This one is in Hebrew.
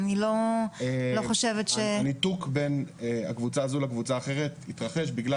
אני לא חושבת ש- -- הניתוק בין הקבוצה הזאת לקבוצה האחרת התרחש בגלל